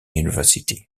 university